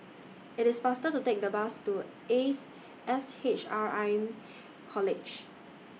IT IS faster to Take The Bus to Ace S H R M College